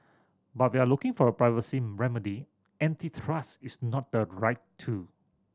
but we are looking for a privacy remedy antitrust is not the right tool